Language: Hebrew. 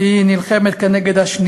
והייתה נוכחות נכבדה.